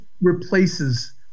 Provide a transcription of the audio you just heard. replaces